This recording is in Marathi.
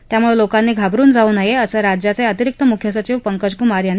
त्यामुळे लोकांनी घाबरुन जावू नये असं राज्याचे अतिरिक्त मुख्यसचिव पंकज कुमार यांनी म्हटलं आहे